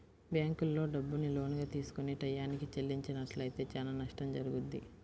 బ్యేంకుల్లో డబ్బుని లోనుగా తీసుకొని టైయ్యానికి చెల్లించనట్లయితే చానా నష్టం జరుగుద్ది